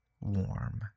warm